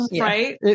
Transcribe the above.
Right